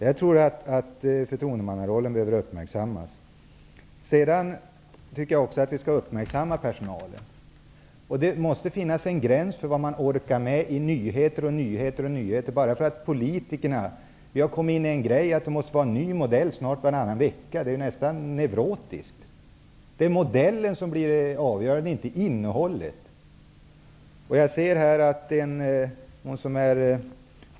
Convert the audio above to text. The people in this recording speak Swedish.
Jag tror att förtroendemannarollen behöver uppmärksammas. Jag tycker också att vi skall uppmärksamma personalen. Det måste finnas en gräns för vad man orkar med av nyheter, nyheter och åter nyheter bara för att politikerna tycker att det måste vara en ny modell nästan varenda vecka. Det är nästan neurotiskt. Det är modellen som är avgörande, inte innehållet.